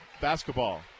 basketball